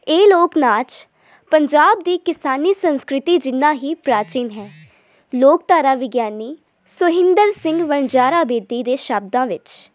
ਇਹ ਲੋਕ ਨਾਚ ਪੰਜਾਬ ਦੀ ਕਿਸਾਨੀ ਸੰਸਕ੍ਰਿਤੀ ਜਿੰਨਾ ਹੀ ਪ੍ਰਾਚੀਨ ਹੈ ਲੋਕ ਧਾਰਾ ਵਿਗਿਆਨੀ ਸੁਹਿੰਦਰ ਸਿੰਘ ਵਣਜਾਰਾ ਬੇਦੀ ਦੇ ਸ਼ਬਦਾਂ ਵਿੱਚ